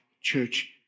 Church